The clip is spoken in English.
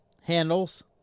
handles